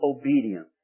obedience